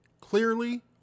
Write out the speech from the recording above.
clearly